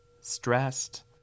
stressed